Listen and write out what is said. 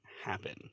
happen